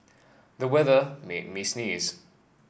the weather made me sneeze